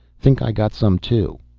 think i got some, too.